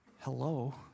Hello